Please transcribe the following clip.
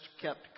kept